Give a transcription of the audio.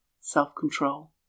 self-control